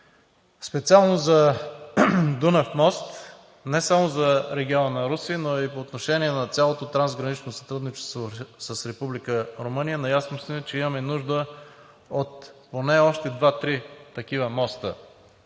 Специално за Дунав мост не само за региона на Русе, но по отношение и на цялото трансгранично сътрудничество с Република Румъния, наясно сме, че имаме нужда от поне два-три такива моста